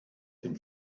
dem